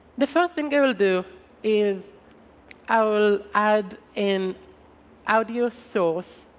the first thing it will do is i will add in audio source.